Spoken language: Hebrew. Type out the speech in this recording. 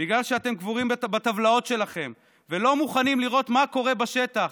ובגלל שאתם קבורים בטבלאות שלכם ולא מוכנים לראות מה קורה בשטח,